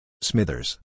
Smithers